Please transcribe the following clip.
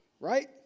right